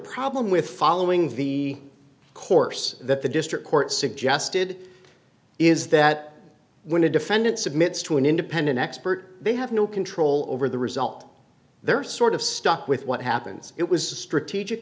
problem with following the course that the district court suggested is that when a defendant submits to an independent expert they have no control over the result they're sort of stuck with what happens it was a strategic